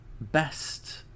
best